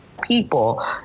people